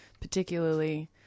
particularly